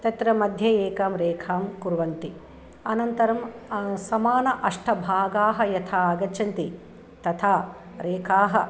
तत्र मध्ये एकां रेखां कुर्वन्ति अनन्तरं समानाः अष्टभागाः यथा आगच्छन्ति तथा रेखाः